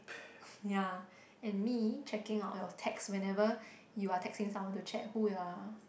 ya and me checking out on your text whenever you are texting someone to chat who ya